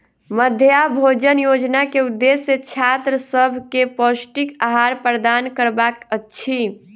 मध्याह्न भोजन योजना के उदेश्य छात्र सभ के पौष्टिक आहार प्रदान करबाक अछि